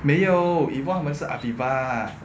没有 yvonne 他们是 aviva